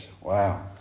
Wow